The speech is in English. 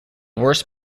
worse